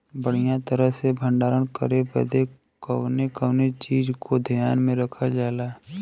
बढ़ियां तरह से भण्डारण करे बदे कवने कवने चीज़ को ध्यान रखल जा?